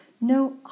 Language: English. no